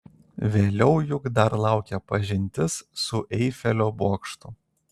vėliau juk dar laukia pažintis su eifelio bokštu